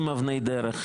עם אבני דרך,